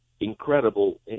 incredible